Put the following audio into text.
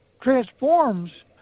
transforms